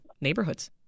neighborhoods